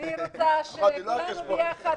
אין ספק שצריך פה טיפול שונה